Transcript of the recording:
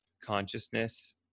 consciousness